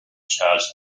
charge